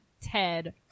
Ted